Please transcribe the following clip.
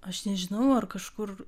aš nežinau ar kažkur